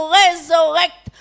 resurrect